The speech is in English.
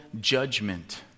judgment